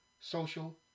social